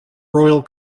royal